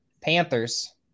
Panthers